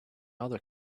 other